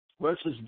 versus